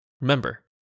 Remember